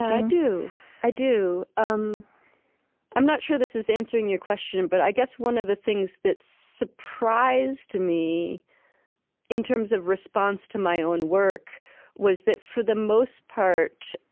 i do. i do. um i'm not sure this is answering your question, but i guess one of the things that surprised me in terms of response to my own work was that, for the most part,